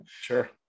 Sure